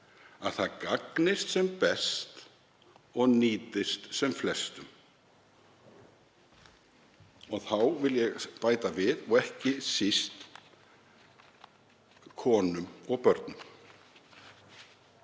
að það gagnist sem best og nýtist sem flestum? Þá vil ég bæta við: Og ekki síst konum og börnum.